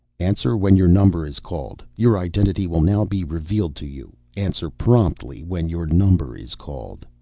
answer when your number is called. your identity will now be revealed to you. answer promptly when your number is called.